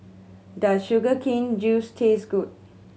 does sugar cane juice taste good